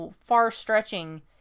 far-stretching